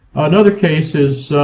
another case is